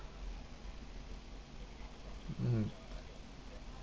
mm